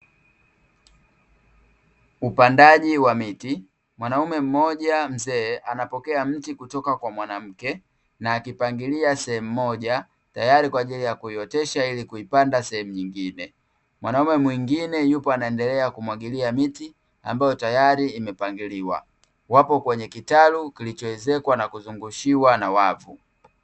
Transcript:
Upandaji wa miti. Mwanaume mmoja mzee anapokea mti kutoka kwa mwanamke, na akipangilia sehemu moja tayari kwa ajili ya kuiotesha ili kuipanda sehemu nyingine. Mwanaume mwingine yupo anaendelea kumwagilia miti, ambayo tayari imepangiliwa. Wapo kwenye kitalu kilichoezekwa na kuzungushiwa na wavu.